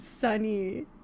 sunny